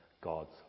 God's